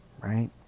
right